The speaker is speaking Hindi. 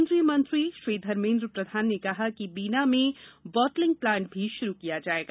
केन्द्रीय मंत्री श्री धर्मेन्द्र प्रधान ने कहा कि बीना में बॉटलिंग प्लांट भी शुरू किया जाएगा